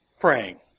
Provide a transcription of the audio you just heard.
praying